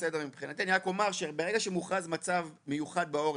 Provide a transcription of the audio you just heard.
ברגע שמוכרז מצב מיוחד בעורף,